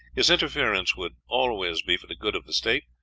his interference would always be for the good of the state,